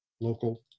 local